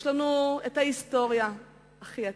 יש לנו את ההיסטוריה הכי עתיקה,